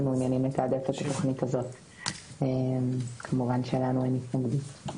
מעוניינים לתעדף את התוכנית הזאת וכמובן שלנו אין התנגדות.